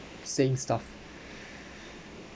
same stuff